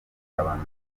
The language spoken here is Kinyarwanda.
jabana